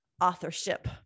authorship